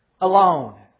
alone